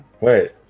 Wait